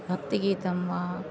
भक्तिगीतं वा